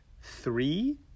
three